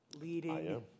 leading